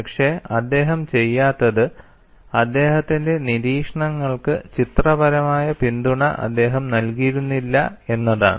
പക്ഷേ അദ്ദേഹം ചെയ്യാത്തത് അദ്ദേത്തിന്റെ നിരീക്ഷണങ്ങൾക്ക് ചിത്രപരമായ പിന്തുണ അദ്ദേഹം നൽകിയിരുന്നില്ല എന്നതാണ്